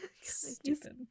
Stupid